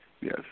yes